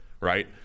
right